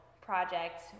project